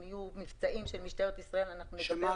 ואם יהיו מבצעים של משטרת ישראל אנחנו נלווה אותם בקמפיין.